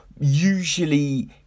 usually